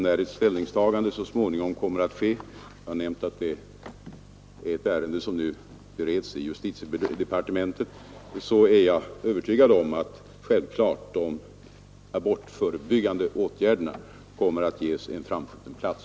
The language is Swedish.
När ett ställningstagande så småningom sker — jag har nämnt att ärendet nu bereds i justitiedepartementet — är jag övertygad om att de abortförebyggande åtgärderna kommer att ges en framskjuten plats.